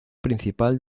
principal